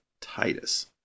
Titus